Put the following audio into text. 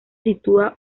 sitúa